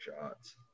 shots